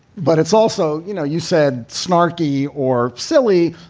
but it's also, you know, you said snarky or silly,